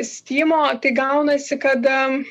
stimo tai gaunasi kad a